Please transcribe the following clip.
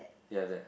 ya that